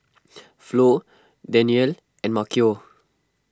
Flo Daniele and Maceo